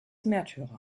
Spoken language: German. märtyrer